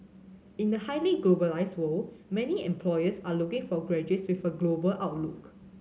in a highly globalised world many employers are looking for graduates with a global outlook